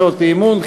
סדרת הצעות אי-אמון.